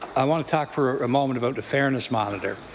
i want to talk for a moment about the fairness monitor.